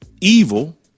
evil